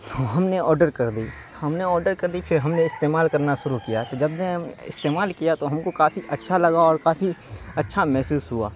تو ہم نے آڈر کر دی ہم نے آڈر کر دی پھر ہم نے استعمال کرنا شروع کیا تو جب میں استعمال کیا تو ہم کو کافی اچھا لگا اور کافی اچھا محسوس ہوا